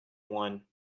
one